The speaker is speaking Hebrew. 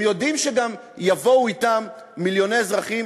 הם יודעים שגם יבואו אתם מיליוני אזרחים